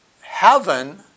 heaven